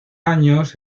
años